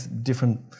different